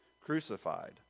crucified